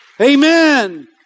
Amen